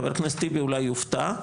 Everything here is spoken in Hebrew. חבר הכנסת טיבי אולי יופתע,